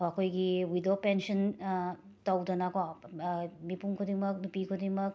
ꯑꯩꯈꯣꯏꯒꯤ widow pension ꯇꯧꯗꯅꯀꯣ ꯃꯤꯄꯨꯝ ꯈꯨꯗꯤꯡꯃꯛ ꯅꯨꯄꯤ ꯈꯨꯗꯤꯡꯃꯛ